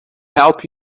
help